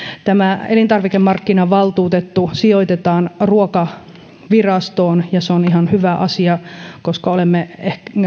elintarvikemarkkinavaltuutettu sijoitetaan ruokavirastoon ja se on ihan hyvä asia koska olemme